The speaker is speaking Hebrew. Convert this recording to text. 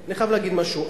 אני חייב להגיד משהו.